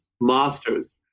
masters